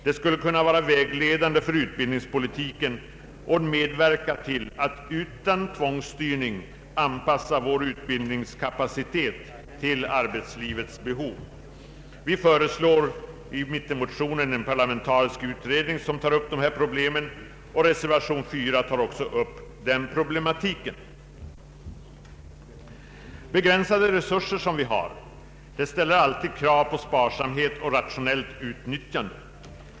De skulle kunna bli vägledande för utbildningspolitiken och medverka till att utan tvångsstyrning anpassa vår utbildningskapacitet till arbetslivets behov. Vi föreslår i mittenmotionen en parlamentarisk utredning som skall ta upp dessa problem. Reservationen 4 tar upp denna problematik. Begränsade resurser ställer alltid krav på sparsamhet och rationellt utnyttjande.